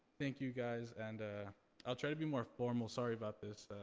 thank you guys and i'll try to be more formal. sorry about this.